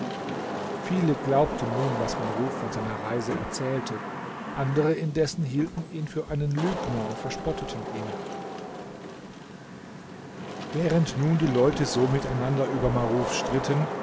viele glaubten nun was maruf von seiner reise erzählte andere indessen hielten ihn für einen lügner und verspotteten ihn während nun die leute so miteinander über maruf stritten